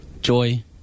joy